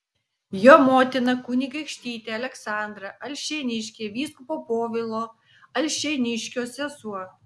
jo motina kunigaikštytė aleksandra alšėniškė vyskupo povilo alšėniškio sesuo